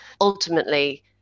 ultimately